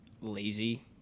lazy